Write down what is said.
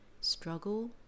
struggle